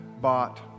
bought